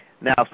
Now